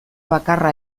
bakarra